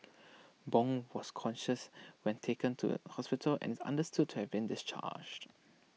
Bong was conscious when taken to hospital and understood to have been discharged